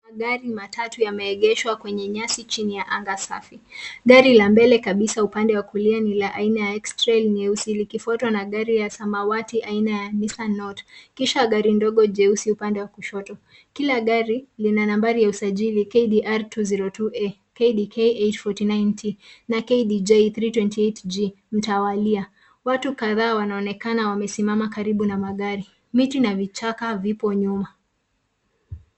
Magari matatu yameegeshwa kwenye nyasi chini ya anga safi. Gari la mbele kabisa upande wa kulia ni la aina ya X-Trail nyeusi, likifuatwa na garl ya samawati aina ya Nissan Note, kisha gari ndogo jeusi upande wa kushoto. Kila gari lina nambari ya usajili KDR 202A. KDK 849T na KDG 328G mtawalia. Watu kadhaa wanaonekana wamesimama karibu na magari. Miti na vichaka vipo nyuma.